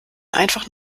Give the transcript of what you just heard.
einfach